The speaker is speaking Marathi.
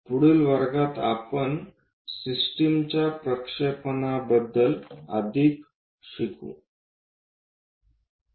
पुढील वर्गात आपण सिस्टमच्या प्रक्षेपणाबद्दल अधिक शिकू